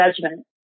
judgment